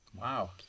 Wow